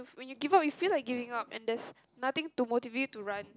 when you give up you feel like giving up and there's nothing to motivate you to run